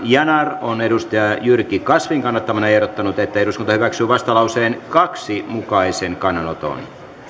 yanar on jyrki kasvin kannattamana ehdottanut että eduskunta hyväksyy vastalauseen kahden mukaisen kannanoton